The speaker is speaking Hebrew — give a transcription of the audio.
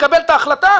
לקבל את ההחלטה,